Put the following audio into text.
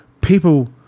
People